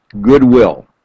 goodwill